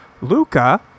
Luca